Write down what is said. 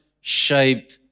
shape